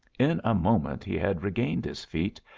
in a moment he had regained his feet,